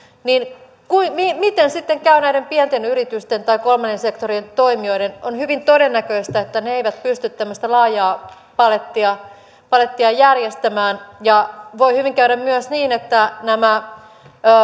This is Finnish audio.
niin miten sitten käy näiden pienten yritysten tai kolmannen sektorin toimijoiden on hyvin todennäköistä että ne eivät pysty tämmöistä laajaa palettia palettia järjestämään ja voi hyvin käydä myös niin että nämä